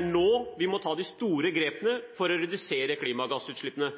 nå vi må ta de store grepene for å redusere klimagassutslippene.